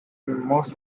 most